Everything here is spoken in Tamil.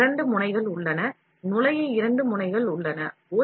இங்கே இரண்டு முனைகள் உள்ளன நுழைய இரண்டு முனைகள் உள்ளன